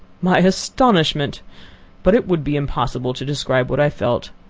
my astonishment but it would be impossible to describe what i felt.